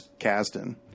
Kasdan